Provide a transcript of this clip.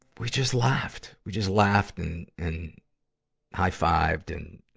we just laughed. we just laughed and, and high-fived and,